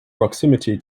proximity